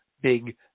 big